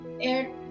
air